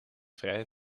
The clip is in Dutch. vrije